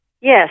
Yes